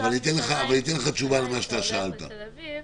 -- התושב בירושלים שהולך לתל אביב,